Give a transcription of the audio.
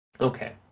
okay